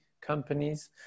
companies